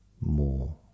more